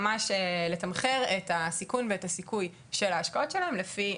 ממש לתמחר את הסיכום ואת הסיכוי של ההשקעות שלהן לפי